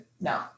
No